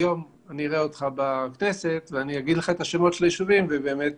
היום אני אראה אותך בכנסת ואגיד לך את השמות של היישובים ובאמת